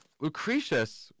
Lucretius